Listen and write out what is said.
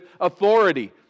authority